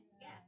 Yes